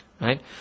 Right